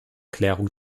klärung